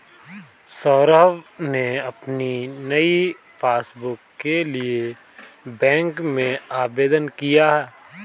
सौरभ ने अपनी नई पासबुक के लिए बैंक में आवेदन किया